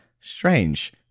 Strange